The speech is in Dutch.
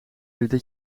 jullie